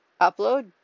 upload